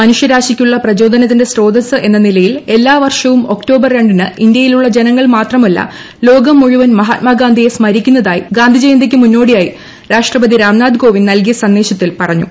മനുഷ്യരാശിക്ക് ഉള്ള പ്രചോദനത്തിന്റെ സ്രോതസ് എന്ന നിലയിൽ എല്ലാവർഷവും ഒക്ടോബർ രണ്ടിന് ഇന്ത്യയിലുള്ള ജനങ്ങൾ മാത്രമല്ല ലോകം മുഴുവൻ മഹാത്മാഗാന്ധിയെ സ്മരിക്കുന്നതായി ഗാന്ധിജയന്തിക്ക് മുന്നോടിയായി രാഷ്ട്രപതി രാംനാഥ് കോവിന്ദ് നൽകിയ സന്ദേശത്തിൽ പറഞ്ഞു